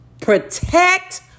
protect